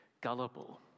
gullible